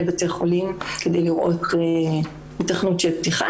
בתי חולים כדי לראות היתכנות של פתיחה,